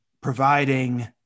providing